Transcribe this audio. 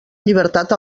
llibertat